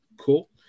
Cool